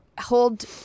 hold